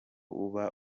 uba